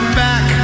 back